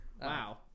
Wow